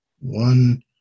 One